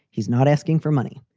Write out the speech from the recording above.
he's not asking for money.